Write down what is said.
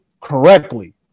correctly